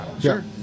sure